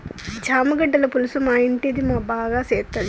చామగడ్డల పులుసు మా ఇంటిది మా బాగా సేత్తది